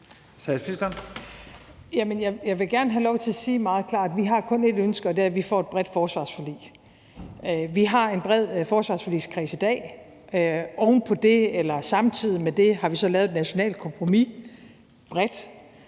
jeg vil gerne have lov til at sige meget klart, at vi kun har ét ønske, og det er, at vi får et bredt forsvarsforlig. Vi har en bred forsvarsforligskreds i dag, og oven på det eller samtidig med det har vi så lavet et nationalt kompromis, bredt,